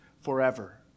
forever